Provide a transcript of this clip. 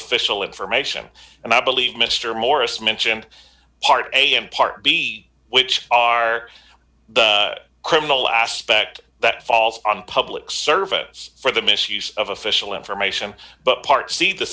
official information and i believe mr morris mentioned part am part b which are the criminal aspect that falls on public service for the misuse of official information but part c the